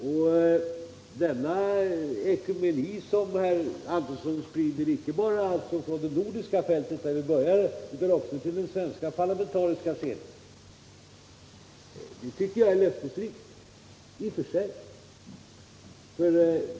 Denna ekumenik, som Johannes Antonsson sprider inte bara på det nordiska fältet utan också till den svenska parlamentariska scenen, tycker jag i och för sig är löftesrik.